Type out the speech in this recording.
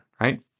right